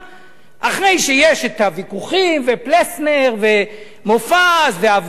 אחרי שיש ויכוחים, ופלסנר ומופז וההפגנה,